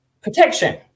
protection